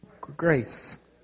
grace